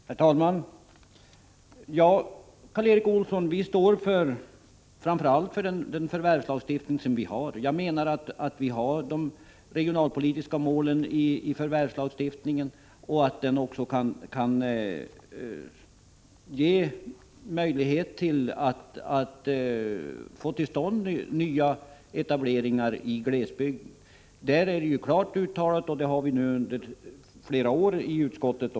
Herr talman! Vi står, Karl Erik Olsson, framför allt för den jordförvärvslagstiftning vi har. Jag menar att de regionalpolitiska målen finns i jordförvärvslagen och att den också kan ge möjligheter till nya etableringar i glesbygden. Det är klart utsagt i jordförvärvslagen, och vi har också under flera år sagt det i utskottet.